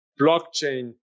blockchain